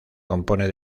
compone